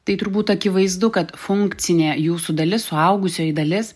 tai turbūt akivaizdu kad funkcinė jūsų dalis suaugusioji dalis